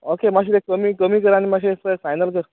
okay माश्शे ते कमी कमी कर आनी माश्शे पळय फायनल कर